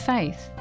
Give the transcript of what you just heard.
Faith